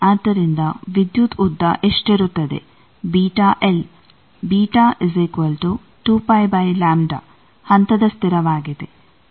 ಆದ್ದರಿಂದ ವಿದ್ಯುತ್ ಉದ್ದ ಎಷ್ಟಿರುತ್ತದೆ ಹಂತದ ಸ್ಥಿರವಾಗಿದೆ